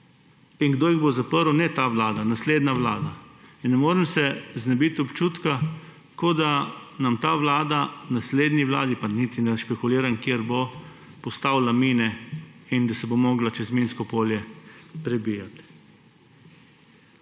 In kdo jih bo zaprl? Ne ta vlada, naslednja vlada. Ne morem se znebiti občutka, kot da ta vlada naslednji vladi, pa niti ne špekuliram, kdo bo, postavlja mine, da se bo morala čez minsko polje prebijati.